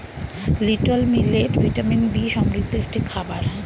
little millet vitamin B সমৃদ্ধ একটি খাবার